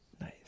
Nice